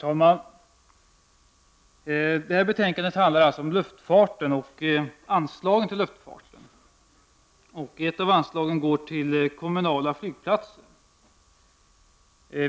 Herr talman! Detta betänkande handlar om anslag till luftfart. Ett av bidragen avser kommunala flygplatser.